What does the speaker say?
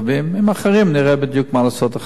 עם אחרים נראה בדיוק מה לעשות אחר כך.